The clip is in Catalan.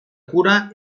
cura